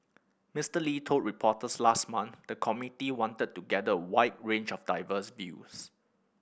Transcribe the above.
Mister Lee told reporters last month the committee wanted to gather a wide range of diverse views